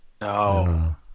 No